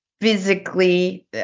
physically